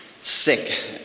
sick